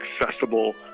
accessible